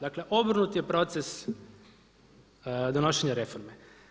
Dakle, obrnut je proces donošenja reforme.